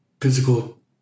physical